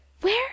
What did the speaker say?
Where